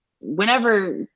whenever